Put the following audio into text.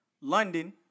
London